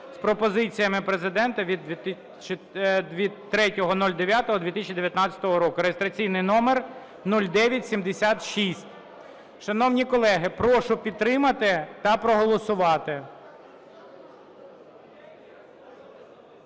з пропозиціями Президента від 3.09.2019 року (реєстраційний номер 0976). Шановні колеги, прошу підтримати та проголосувати.